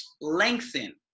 lengthen